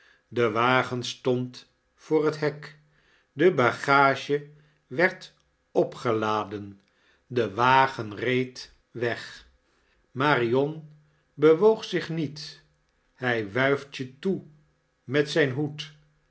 de wagen stond voor het hek de bagage werd opgeladen de wagen reed weg marion bewoog zich niet hij wuift je to met zijn hoed